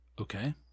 Okay